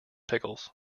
pickles